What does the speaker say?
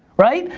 right?